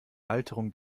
alterung